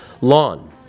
lawn